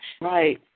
Right